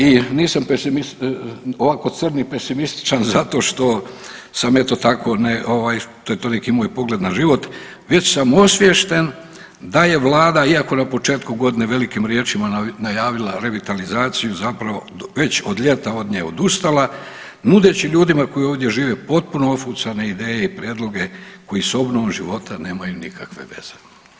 I nisam pesimist, ovako crn i pesimističan zato što sam eto tako, ne, ovaj, to je toliki moj pogled na život, već sam osviješten da je Vlada, iako na početku godine velikim riječima najavila revitalizaciju, zapravo već od ljeto od nje odustala nudeći ljudima koji ovdje žive potpuno ofucana ideje i prijedloge koji s obnovom života nemaju nikakve veze.